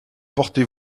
portez